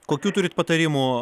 kokių turit patarimų